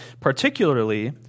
particularly